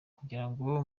kugirango